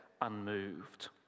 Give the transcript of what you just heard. unmoved